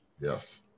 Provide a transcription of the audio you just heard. yes